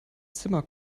zimmer